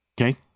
Okay